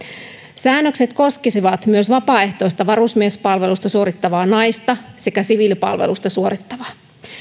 säännökset koskisivat myös vapaaehtoista varusmiespalvelusta suorittavaa naista sekä siviilipalvelusta suorittavaa